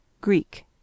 Greek